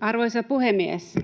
Arvoisa puhemies!